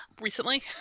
recently